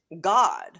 God